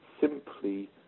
simply